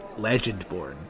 Legendborn